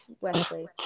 Wesley